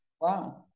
Wow